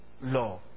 law